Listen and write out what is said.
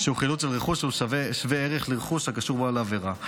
שהוא חילוט של רכוש שהוא שווה ערך לרכוש הקשור לעבירה.